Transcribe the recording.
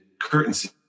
currency